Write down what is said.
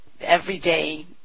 everyday